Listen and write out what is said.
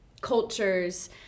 cultures